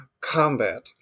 combat